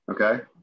Okay